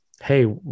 Hey